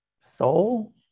soul